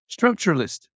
structuralist